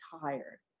tired